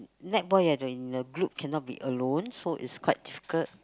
netball you have to be in a group cannot be alone so it's quite difficult